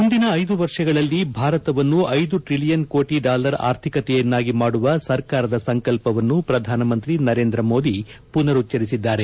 ಮುಂದಿನ ಐದು ವರ್ಷಗಳಲ್ಲಿ ಭಾರತವನ್ನು ಐದು ಟ್ರಿಲಿಯನ್ ಕೋಟಿ ಡಾಲರ್ ಆರ್ಥಿಕತೆಯನ್ನಾಗಿ ಮಾಡುವ ಸರ್ಕಾರದ ಸಂಕಲ್ವವನ್ನು ಪ್ರಧಾನಮಂತ್ರಿ ನರೇಂದ್ರ ಮೋದಿ ಪುನರುಚ್ಚರಿಸಿದ್ದಾರೆ